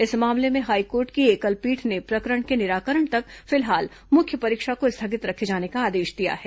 इस मामले में हाईकोर्ट की एकल पीठ ने प्रकरण के निराकरण तक फिलहाल मुख्य परीक्षा को स्थगित रखे जाने का आदेश दिया है